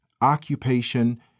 occupation